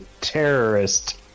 terrorist